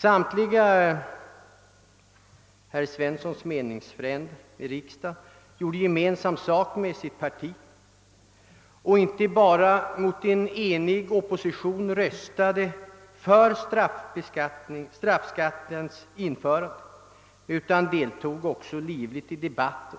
Samtliga herr Svenssons meningsfränder i riksdagen gjorde gemensam sak med sitt parti. Mot en enig opposition röstade de för straffskattens införande och deltog också livligt i debatten